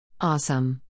Awesome